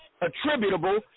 Attributable